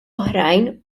oħrajn